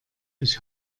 ich